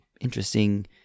interesting